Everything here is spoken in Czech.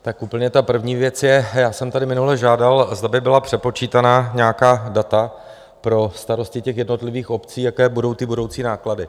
Ta úplně první věc je, já jsem tady minule žádal, zda by byla přepočítána nějaká data pro starosty těch jednotlivých obcí, jaké budou ty budoucí náklady.